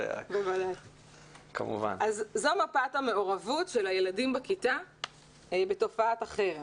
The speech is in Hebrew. זאת מפת המעורבות של הילדים בכיתה בתופעת החרם,